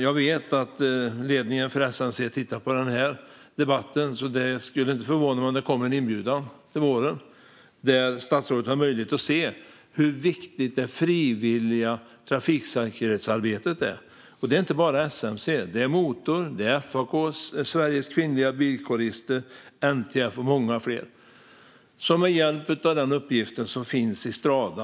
Jag vet att ledningen för SMC tittar på den här debatten, och jag skulle inte bli förvånad om det kommer en inbjudan till våren. Då har statsrådet möjlighet att se hur viktigt det frivilliga trafiksäkerhetsarbetet är. Det är inte bara SMC utan det är också Motor, FAK, Sveriges kvinnliga bilkårister, NTF och många fler som har hjälp av de uppgifter som finns i Strada.